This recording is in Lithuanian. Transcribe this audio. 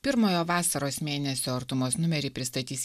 pirmojo vasaros mėnesio artumos numerį pristatys